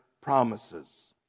promises